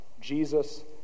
Jesus